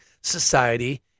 society